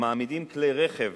המעמידים כלי רכב